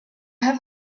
have